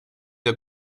der